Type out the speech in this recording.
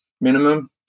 minimum